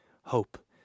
hope